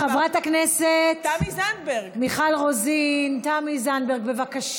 חברת הכנסת מיכל רוזין, תמי זנדברג, בבקשה.